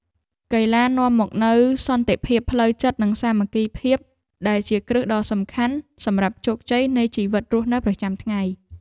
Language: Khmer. កីឡានាំមកនូវសន្តិភាពផ្លូវចិត្តនិងសាមគ្គីភាពដែលជាគ្រឹះដ៏សំខាន់សម្រាប់ជោគជ័យនៃជីវិតរស់នៅប្រចាំថ្ងៃ។